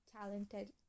talented